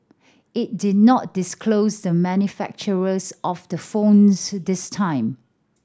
it did not disclose the manufacturers of the phones this time